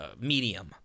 medium